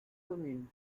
commune